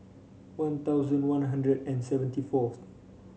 One Thousand One Hundred and seventy forth